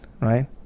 right